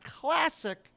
classic